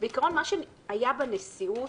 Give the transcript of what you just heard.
בעיקרון, מה שהיה בנשיאות,